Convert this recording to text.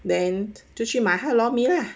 then 就去买她的 lor mee lah